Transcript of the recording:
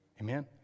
Amen